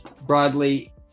broadly